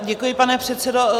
Děkuji, pane předsedo.